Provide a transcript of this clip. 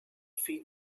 feed